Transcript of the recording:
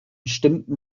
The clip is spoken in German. stimmten